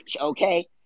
okay